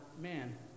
man